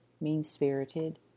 mean-spirited